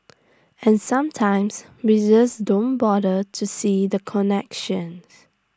and sometimes we this don't bother to see the connections